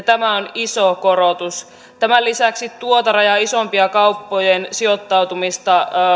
tämä on iso korotus tämän lisäksi tuota rajaa isompien kauppojen sijoittautumisen